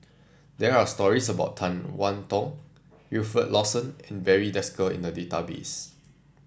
there are stories about Tan one Tong Wilfed Lawson and Barry Desker in the database